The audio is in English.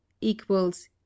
equals